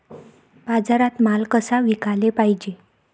बाजारात माल कसा विकाले पायजे?